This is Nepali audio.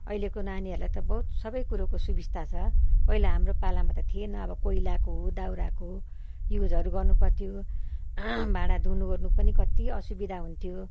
अहिलेको नानीहरूलाई त बहुत सबै कुरोको सुबिस्ता छ पहिला हाम्रो पालामा त थिएन अब कोइलाको दाउराको युजहरू गर्नु पर्थ्यो भाँडा धुनुओर्नु पनि कति असुविधा हुन्थ्यो